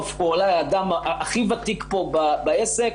הוא אולי האדם הכי ותיק פה בעסק,